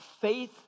faith